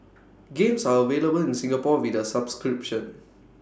games are available in Singapore with A subscription